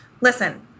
listen